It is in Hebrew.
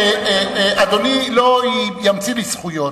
אדוני לא ימציא לי זכויות.